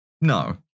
No